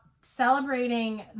celebrating